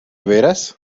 veras